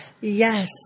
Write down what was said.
Yes